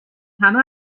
همه